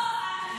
לא.